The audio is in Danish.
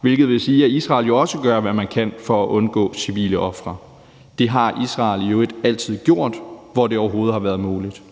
hvilket vil sige, at Israel jo også gør, hvad man kan for at undgå civile ofre. Det har Israel i øvrigt altid gjort, hvor det overhovedet har været muligt.